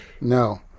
No